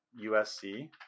USC